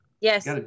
Yes